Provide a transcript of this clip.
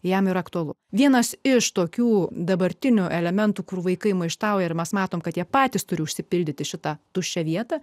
jam ir aktualu vienas iš tokių dabartinių elementų kur vaikai maištauja ir mes matome kad jie patys turi užsipildyti šitą tuščią vietą